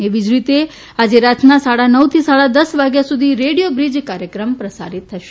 એવી રીતે આજે રાતના સાડા નવ થી સાડા દસ વાગ્યા સુધી રેડીયો બ્રી કાર્યક્રમ પ્રસારિત થશે